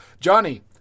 Johnny